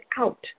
out